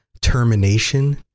termination